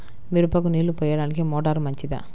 మిరపకు నీళ్ళు పోయడానికి మోటారు మంచిదా?